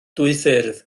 dwyffurf